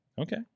Okay